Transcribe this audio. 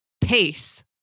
pace